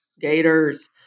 Gators